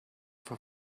for